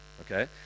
Okay